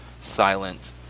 silent